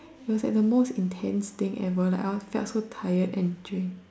it was the most intense thing ever like I was so tired and drained